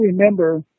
remember